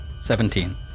Seventeen